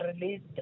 released